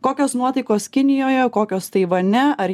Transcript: kokios nuotaikos kinijoje kokios taivane ar